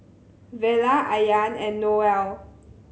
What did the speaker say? Vella Ayaan and Noel